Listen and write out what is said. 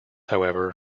however